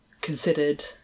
considered